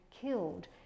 killed